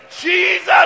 Jesus